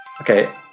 okay